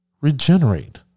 regenerate